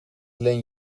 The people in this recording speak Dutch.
leen